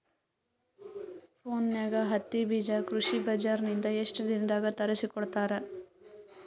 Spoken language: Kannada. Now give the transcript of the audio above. ಫೋನ್ಯಾಗ ಹತ್ತಿ ಬೀಜಾ ಕೃಷಿ ಬಜಾರ ನಿಂದ ಎಷ್ಟ ದಿನದಾಗ ತರಸಿಕೋಡತಾರ?